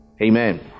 Amen